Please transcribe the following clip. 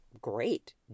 great